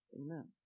Amen